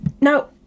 Now